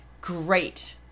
Great